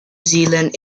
zealand